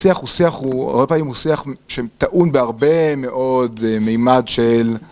הוא שיח, הוא שיח, הוא, הרבה פעמים הוא שיח שטעון בהרבה מאוד מימד של...